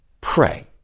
pray